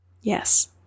Yes